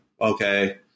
Okay